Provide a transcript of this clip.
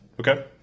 Okay